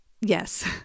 Yes